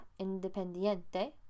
independiente